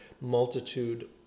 multitude